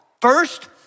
First